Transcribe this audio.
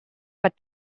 but